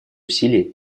усилия